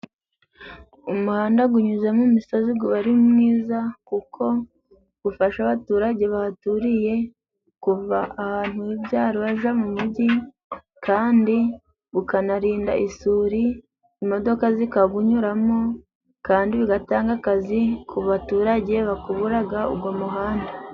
Umuhanda gunyuze mu misozi guba ari mwiza, kuko gufasha abaturage bahaturiye kuva ahantu h'ibyaro baja mu mugi kandi gukanarinda isuri, imodoka zikagunyuramo, kandi bigatanga akazi ku baturage bakuburaga ugo muhanda.